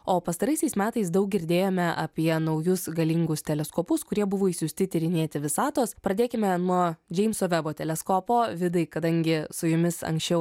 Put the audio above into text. o pastaraisiais metais daug girdėjome apie naujus galingus teleskopus kurie buvo išsiųsti tyrinėti visatos pradėkime nuo džeimso vebo teleskopo vidai kadangi su jumis anksčiau